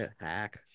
hack